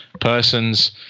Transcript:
person's